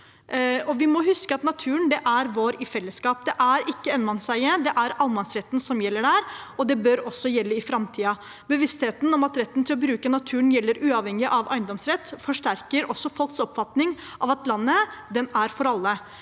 Vi må huske at naturen er vår i fellesskap. Det er ikke enmannseie; det er allemannsretten som gjelder der, og den bør også gjelde i framtiden. Bevisstheten om at retten til å bruke naturen gjelder uavhengig av eiendomsrett, forsterker også folks oppfatning av at landet er for alle.